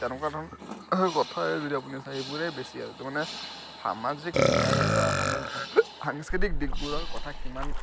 তেনেকুৱা ধৰণৰ কথাই আজিকালি আপুনি চাই সেইবোৰেই বেছি আৰু তাৰমানে সামাজিক ন্যায় বা সাংস্কৃতিক দিশবোৰৰ কথা কিমান